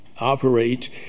operate